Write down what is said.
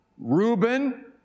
Reuben